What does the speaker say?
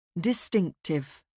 Distinctive